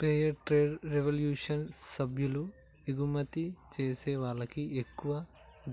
fair trade revolution సభ్యులు ఎగుమతి జేసే వాళ్ళకి ఎక్కువ